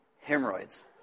hemorrhoids